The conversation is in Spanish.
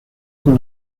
con